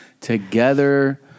together